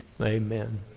Amen